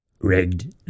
rigged